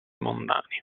mondani